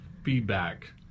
feedback